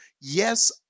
yes